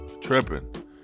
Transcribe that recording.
tripping